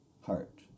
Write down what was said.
heart